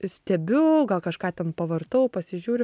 stebiu gal kažką ten pavartau pasižiūriu